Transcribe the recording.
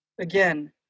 Again